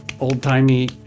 old-timey